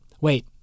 Wait